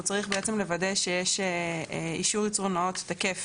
צריך לוודא שיש אישור ייצור נאות תקף